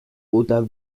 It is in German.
oder